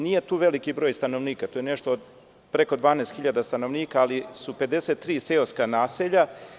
Nije tu veliki broj stanovnika, to je nešto preko 12.000 stanovnika ali su 53 seoska naselja.